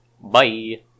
Bye